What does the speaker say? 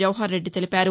జవహర్ రెడ్డి తెలిపారు